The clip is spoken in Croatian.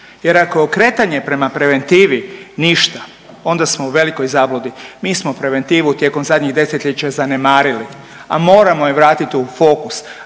Jer ako je okretanje prema preventivi ništa, onda smo u velikoj zabludi. Mi smo preventivu tijekom zadnjih desetljeća zanemarili, a moramo je vratiti u fokus.